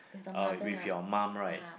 uh with your mum right